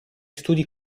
studi